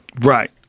Right